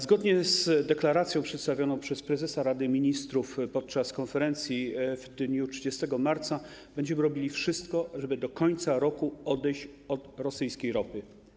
Zgodnie z deklaracją przedstawioną przez prezesa Rady Ministrów podczas konferencji w dniu 30 marca będziemy robili wszystko, żeby do końca roku odejść od rosyjskiej ropy.